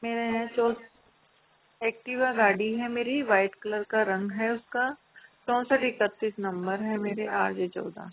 मेरा है एक्टिवा गाड़ी है मेरी व्हाइट कलर का रंग है उसका चौंसठ इकत्तीस नंबर है मेरीआर जे चौदह